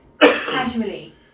casually